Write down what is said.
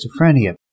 schizophrenia